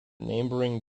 neighboring